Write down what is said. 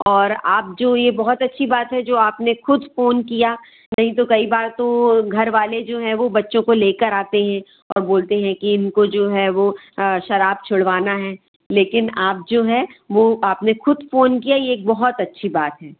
और आप जो ये बहुत अच्छी बात है जो आपने ख़ुद फ़ोन किया नहीं तो कई बार तो घर वाले जो हैं वो बच्चों को ले कर आते हैं और बोलते हैं कि इनको जो है वह शराब छुड़वाना है लेकिन आप जो है वो आपने ख़ुद फ़ोन किया ये एक बहुत अच्छी बात है